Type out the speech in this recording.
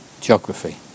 geography